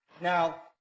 Now